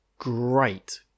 great